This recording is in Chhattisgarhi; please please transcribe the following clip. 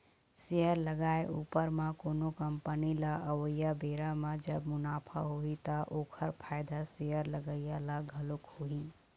सेयर लगाए उपर म कोनो कंपनी ल अवइया बेरा म जब मुनाफा होही ता ओखर फायदा शेयर लगइया ल घलोक होही